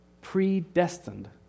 predestined